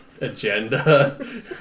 agenda